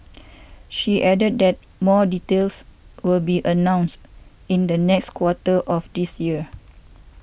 she added that more details will be announced in the next quarter of this year